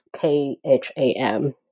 K-H-A-M